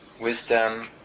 wisdom